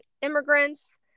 immigrants